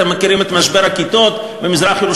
אתם מכירים את משבר הכיתות במזרח-ירושלים,